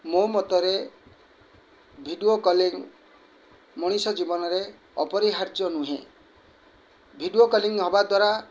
ମୋ ମତରେ video calling ମଣିଷ ଜୀବନରେ ଅପରିହାର୍ଯ୍ୟ ନୁହେଁ ଭିଡ଼ିଓ କଲିଂ ହବା ଦ୍ୱାରା